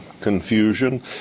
confusion